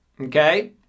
Okay